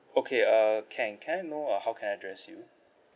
okay uh can can I know uh how can I address you